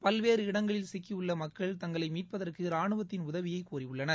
பல்வேறு இடங்களில் சிக்கியுள்ள மக்கள் தங்களை மீட்பதற்கு ராணுவத்தின் உதவியை கோரியுள்ளனர்